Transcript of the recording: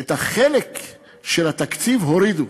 את החלק של התקציב הורידו.